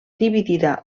dividida